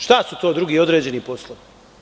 Šta su to drugi određeni poslovi?